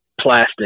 plastic